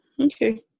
Okay